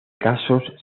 casos